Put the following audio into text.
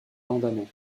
andaman